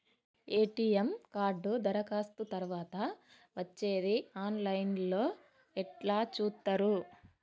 ATM card దరఖాస్తు తరువాత వచ్చేది ఆన్ లైన్ లో ఎట్ల చూత్తరు?